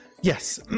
Yes